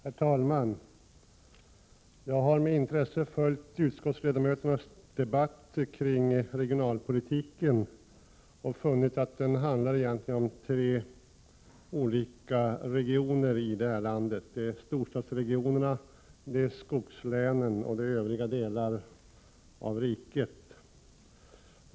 Herr talman! Jag har med intresse följt utskottsledamöternas debatt kring regionalpolitiken och funnit att den egentligen handlar om tre olika regioner i det här landet: storstadsregionerna, skogslänen och övriga delar av riket.